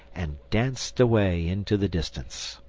and danced away into the distance.